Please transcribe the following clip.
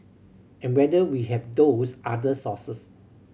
and whether we have those other sources